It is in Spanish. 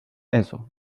eso